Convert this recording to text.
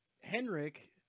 Henrik